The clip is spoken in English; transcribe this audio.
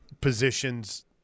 positions